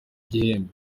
gihembe